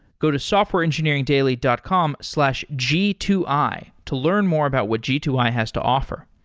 go to softwareengineeringdaily dot com slash g two i to learn more about what g two i has to offer.